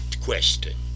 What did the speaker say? question